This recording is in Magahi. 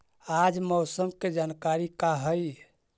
आज मौसम के जानकारी का हई?